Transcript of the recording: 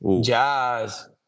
Jazz